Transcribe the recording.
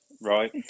right